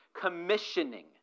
commissioning